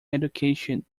education